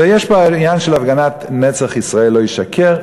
ויש פה עניין של הפגנת "נצח ישראל לא ישקר".